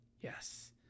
Yes